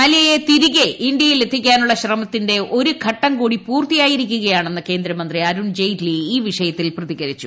മല്യയെ തിരികെ ഇന്ത്യയിൽ എത്തിക്കാനുള്ള ശ്രമത്തിന്റെ ഒരു ഘട്ടം കൂടി പൂർത്തിയായിരിക്കുകയാണെന്ന് കേന്ദ്രമന്ത്രി അരുൺ ജെയ്റ്റ്ലി ഈ വിഷയത്തിൽ പ്രതികരിച്ചു